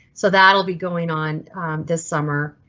so that will be going on this summer.